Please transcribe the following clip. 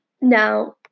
Now